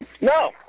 No